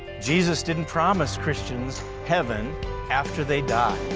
jesus didn't promise christians heaven after they die.